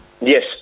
yes